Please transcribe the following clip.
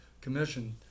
commission